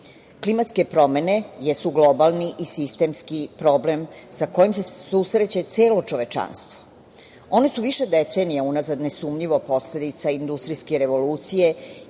Klimatske promene jesu globalni i sistemski problem sa kojim se susreće celo čovečanstvo. One su više decenija unazad nesumnjivo posledica industrijske revolucije